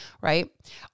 Right